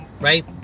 right